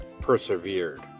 persevered